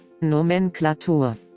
Nomenklatur